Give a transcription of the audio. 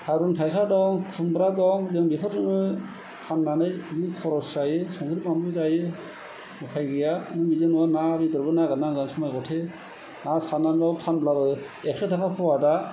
थारुन थायखा दं खुमब्रा दं जों बेफोरजोंनो फाननानै जि खरस जायो संख्रि बानलु जायो उफाय गैया बिदिनो ना बेदरबो नागेर नांगोन समय मथे ना सारनानै फानबाबो एकस' थाखा पुवा दा